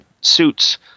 suits